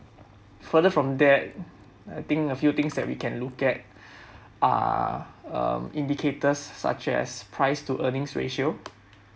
further from that I think a few things that we can look at are um indicators such as price to earnings ratio